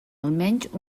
almenys